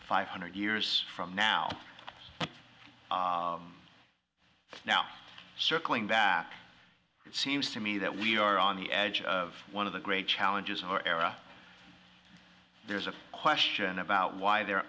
five hundred years from now now circling that it seems to me that we are on the edge of one of the great challenges of our era there's a question about why there